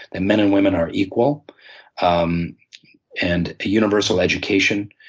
and men and women are equal um and universal education.